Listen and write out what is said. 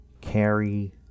carry